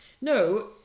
No